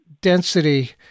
density